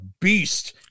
beast